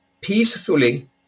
peacefully